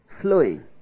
flowing